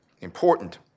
important